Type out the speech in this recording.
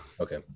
Okay